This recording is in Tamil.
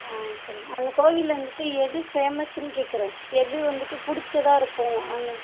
ஆ சரிங்க அந்தக் கோவிலில் வந்துட்டு எது ஃபேமஸ்ஸுன்னு கேட்குறேன் எது வந்துட்டு பிடிச்சதா இருக்கும் அந்